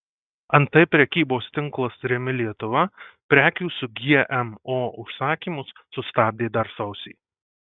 antai prekybos tinklas rimi lietuva prekių su gmo užsakymus sustabdė dar sausį